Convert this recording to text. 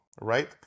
Right